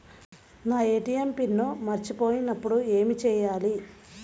నా ATM pin మర్చిపోయినప్పుడు ఏమి చేయాలి?